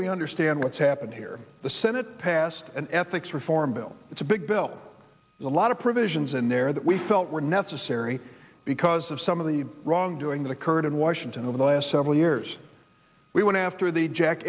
we understand what's happened here the senate passed an ethics reform bill it's a big bill with a lot of provisions in there that we felt were necessary because of some of the wrongdoing that occurred in washington over the last several years we went after the jack